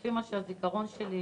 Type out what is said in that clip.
לפי מה שהזיכרון שלי